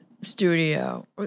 studio